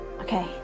Okay